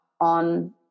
on